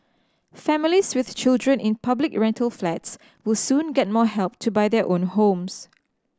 families with children in public rental flats will soon get more help to buy their own homes